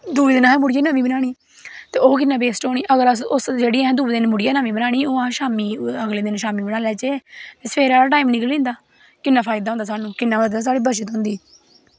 दुऐ दिन मुड़ियै असें नमीं बनानी ते ओह् किन्नी बेस्ट होनी अगर असें दुऐ दिन मुड़ियै बनानी शामीं अगले दिन शामीं बनाई लैच्चै ते सवैरे आह्ला टाईम निकली जंदा किन्ना फायदा होंदा किन्नी मतलब बच्चत होंदी